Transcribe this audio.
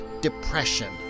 depression